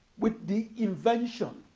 with the invention